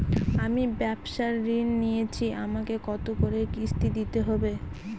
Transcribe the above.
আমি ব্যবসার ঋণ নিয়েছি আমাকে কত করে কিস্তি দিতে হবে?